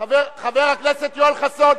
חבר הכנסת יואל חסון,